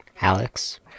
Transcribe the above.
Alex